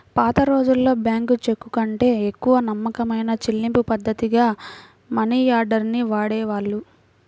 పాతరోజుల్లో బ్యేంకు చెక్కుకంటే ఎక్కువ నమ్మకమైన చెల్లింపుపద్ధతిగా మనియార్డర్ ని వాడేవాళ్ళు